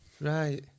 Right